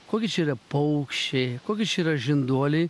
kokie čia yra paukščiai kokie čia yra žinduoliai